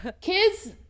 kids